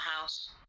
house